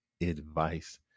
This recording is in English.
advice